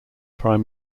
prime